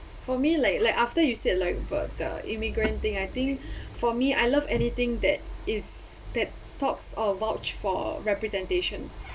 for me like like after you said like about the immigrant thing I think for me I love anything that is that talks or vouch for representation